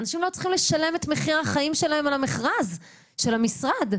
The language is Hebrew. אנשים לא צריכים לשלם את מחיר החיים שלהם על המכרז של המשרד.